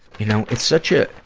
you know, it's such a,